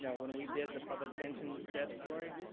yeah when we did the public pension debt story,